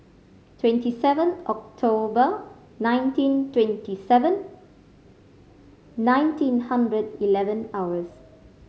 twenty seven October nineteen twenty seven nineteen hundred eleven hours